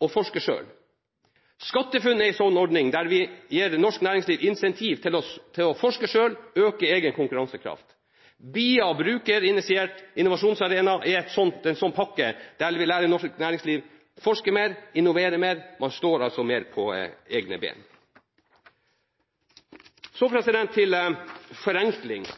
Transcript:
og forsker selv. SkatteFUNN er en sånn ordning, der vi gir norsk næringsliv incentiv til å forske selv og øke egen konkurransekraft. BIA, Brukerstyrt innovasjonsarena, er en sånn pakke, der vi lærer norsk næringsliv å forske mer og innovere mer. Man står altså mer på egne ben. Så til forenkling.